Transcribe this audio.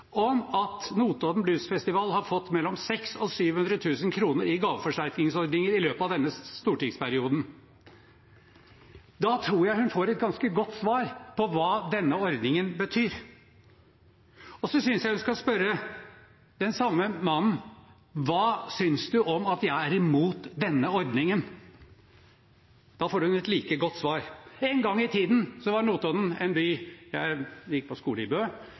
om at Notodden Blues Festival har fått mellom 600 000 og 700 000 kr gjennom gaveforsterkningsordningen i løpet av denne stortingsperioden. Da tror jeg hun får et ganske godt svar på hva denne ordningen betyr. Så synes jeg hun skal spørre den samme mannen: Hva synes du om at jeg er imot denne ordningen? Da får hun et like godt svar. En gang i tiden var Notodden – jeg gikk på skole i Bø